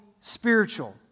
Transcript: spiritual